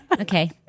Okay